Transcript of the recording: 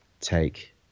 take